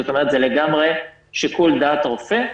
זה לגמרי שיקול דעת הרופא.